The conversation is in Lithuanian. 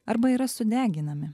arba yra sudeginami